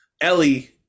ellie